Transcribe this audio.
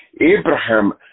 Abraham